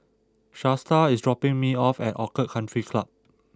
Shasta is dropping me off at Orchid Country Club